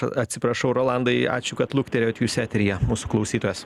atsiprašau rolandai ačiū kad lukterėjot jūs eteryje mūsų klausytojas